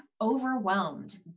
overwhelmed